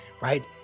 right